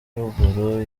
ruguru